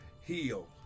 Heal